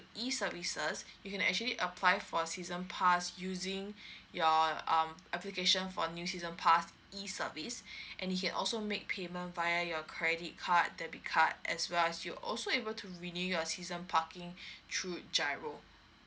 E services you can actually apply for season pass using your um application for new season pass E service and you can also make payment via your credit card debit card as well as you also able to renew your season parking through giro